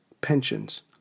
pensions